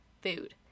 food